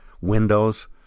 windows